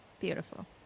Beautiful